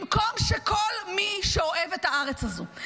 במקום שכל מי שאוהב את הארץ הזאת,